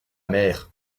mère